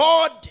God